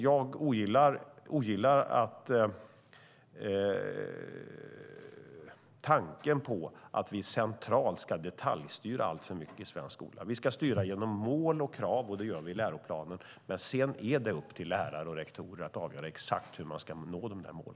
Jag ogillar tanken på att vi centralt ska detaljstyra alltför mycket i svensk skola. Vi ska styra genom mål och krav, och det gör vi i läroplanen. Men sedan är det upp till lärare och rektorer att avgöra exakt hur man ska nå dessa mål.